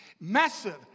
Massive